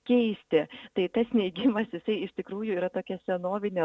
keisti tai tas neigimas jisai iš tikrųjų yra tokia senovine